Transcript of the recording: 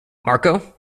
marco